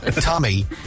Tommy